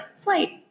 flight